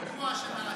פיגוע שנעשה,